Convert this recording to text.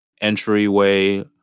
entryway